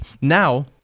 now